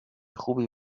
خوبی